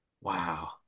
Wow